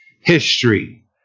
history